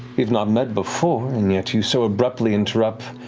we've not met before and yet you so abruptly interrupt